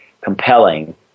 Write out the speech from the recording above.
compelling